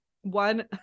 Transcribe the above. one